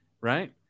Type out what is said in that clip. right